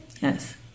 Yes